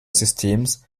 systems